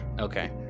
Okay